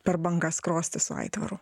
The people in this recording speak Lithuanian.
per bangas skrosti su aitvaru